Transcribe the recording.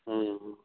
हूँ हूँ